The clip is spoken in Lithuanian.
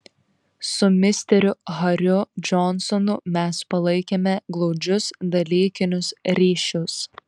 su misteriu hariu džonsonu mes palaikėme glaudžius dalykinius ryšius